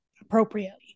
appropriately